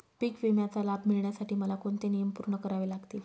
पीक विम्याचा लाभ मिळण्यासाठी मला कोणते नियम पूर्ण करावे लागतील?